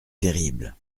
terrible